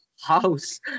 house